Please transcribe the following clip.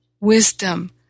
wisdom